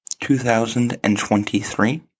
2023